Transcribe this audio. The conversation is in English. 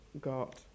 got